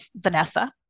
Vanessa